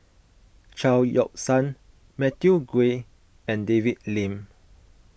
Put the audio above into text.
Chao Yoke San Matthew Ngui and David Lim